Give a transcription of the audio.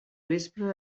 vespre